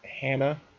Hannah